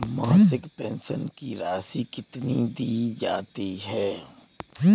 मासिक पेंशन की राशि कितनी दी जाती है?